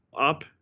up